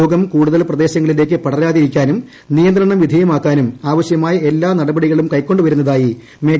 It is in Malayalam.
രോഗം കൂടുതൽ പ്രദേശങ്ങളിലേക്ക് പടരാതിരിക്കാനും നിയന്ത്രണ വിധേയമാക്കാനും ആവശ്യമായ എല്ലാ നടപടികളും കൈക്കൊ ുവരുന്നതായി മേഘാലയ ആരോഗൃമന്ത്രി എ